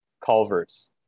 culverts